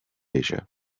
asia